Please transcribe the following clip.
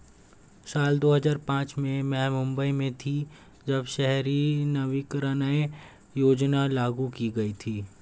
साल दो हज़ार पांच में मैं मुम्बई में थी, जब शहरी नवीकरणीय योजना लागू की गई थी